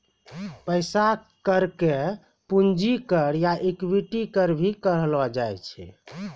पैसा कर के पूंजी कर या इक्विटी कर भी कहलो जाय छै